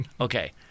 Okay